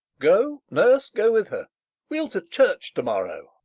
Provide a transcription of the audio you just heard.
go, nurse, go with her we'll to church to-morrow.